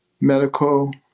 medical